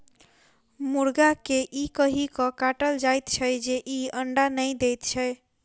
मुर्गा के ई कहि क काटल जाइत छै जे ई अंडा नै दैत छै